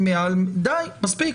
די, מספיק.